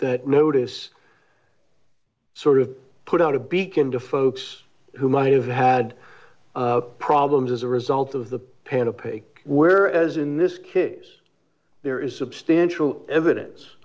that notice sort of put out a beacon to folks who might have had problems as a result of the panel pick where as in this case there is substantial evidence